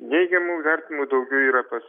neigiamų vertinimų daugiau yra pas